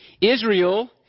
Israel